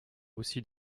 aussi